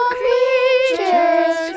creatures